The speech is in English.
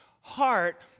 heart